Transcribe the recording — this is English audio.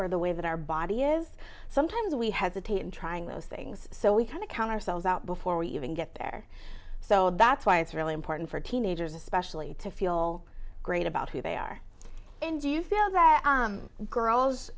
or the way that our body is sometimes we hesitate in trying those things so we kind of counterspells out before we even get there so that's why it's really important for teenagers especially to feel great about who they are and do you feel that